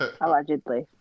Allegedly